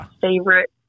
favorite